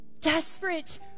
desperate